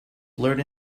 blurred